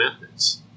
methods